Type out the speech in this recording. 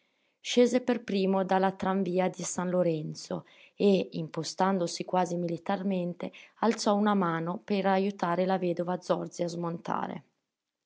scese per primo dalla tranvia di san lorenzo e impostandosi quasi militarmente alzò una mano per ajutare la vedova zorzi a smontare